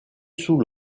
sous